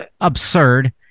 absurd